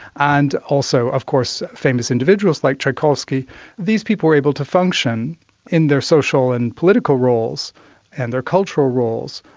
and also of course famous individuals like tchaikovsky, and these people were able to function in their social and political roles and their cultural roles,